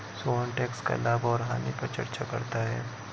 Sohan tax का लाभ और हानि पर चर्चा करता है